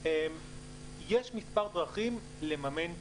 יש מספר דרכים לממן כביש.